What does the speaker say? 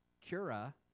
cura